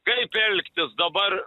kaip elgtis dabar